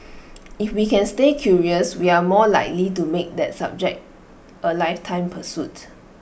if we can stay curious we are more likely to make that subject A lifetime pursuit